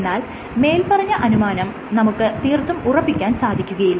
എന്നാൽ മേല്പറഞ്ഞ അനുമാനം നമുക്ക് തീർത്തും ഉറപ്പിക്കാൻ സാധിക്കുകയില്ല